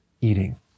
eating